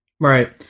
Right